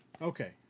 Okay